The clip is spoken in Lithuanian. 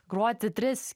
groti tris